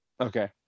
Okay